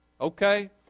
Okay